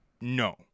No